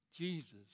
Jesus